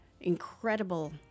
incredible